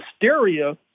hysteria